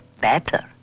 Better